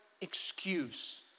excuse